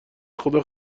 خدا